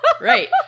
Right